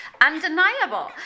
undeniable